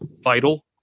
vital